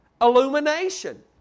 illumination